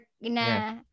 na